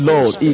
Lord